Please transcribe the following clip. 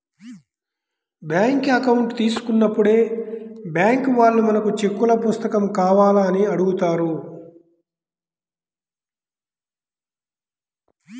bank account తీసుకున్నప్పుడే bank వాళ్ళు మనకు చెక్కుల పుస్తకం కావాలా అని అడుగుతారు